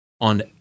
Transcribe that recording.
on